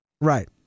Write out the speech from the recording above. right